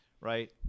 right